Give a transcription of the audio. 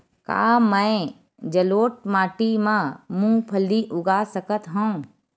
का मैं जलोढ़ माटी म मूंगफली उगा सकत हंव?